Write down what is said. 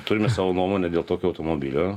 turime savo nuomonę dėl tokio automobilio